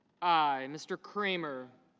i. mr. kramer